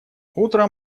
утром